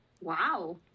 Wow